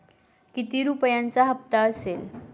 किती रुपयांचा हप्ता असेल?